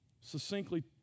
succinctly